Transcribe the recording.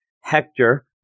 Hector